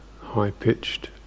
high-pitched